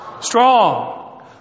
strong